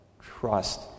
trust